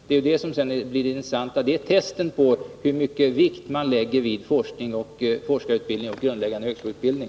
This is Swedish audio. Det är testet på hur mycket av vikt man lägger vid forskning, forskarutbildning och grundläggande högskoleutbildning.